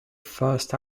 first